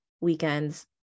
weekends